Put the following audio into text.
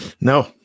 No